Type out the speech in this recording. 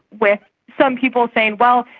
with some people saying, well,